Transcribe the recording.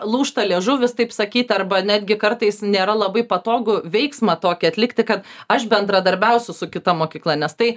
lūžta liežuvis taip sakyt arba netgi kartais nėra labai patogu veiksmą tokį atlikti kad aš bendradarbiausiu su kita mokykla nes tai